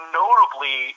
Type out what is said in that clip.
notably